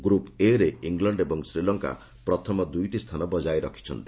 group A ରେ England ଏବଂ ଶ୍ରୀଲଙ୍କା ପ୍ରଥମ ଦୁଇଟି ସ୍ଥାନ ବଜାୟ ରଖିଛନ୍ତି